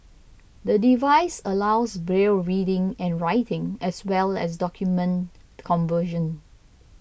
the device allows Braille reading and writing as well as document conversion